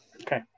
Okay